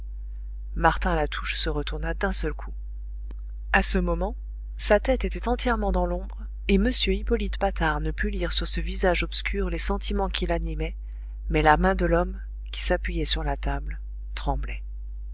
martin latouche se retourna d'un seul coup a ce moment sa tête était entièrement dans l'ombre et m hippolyte patard ne put lire sur ce visage obscur les sentiments qui l'animaient mais la main de l'homme qui s'appuyait sur la table tremblait